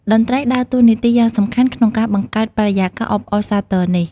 តន្ត្រីដើរតួនាទីយ៉ាងសំខាន់ក្នុងការបង្កើតបរិយាកាសអបអរសាទរនេះ។